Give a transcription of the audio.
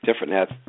different